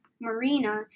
Marina